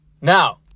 Now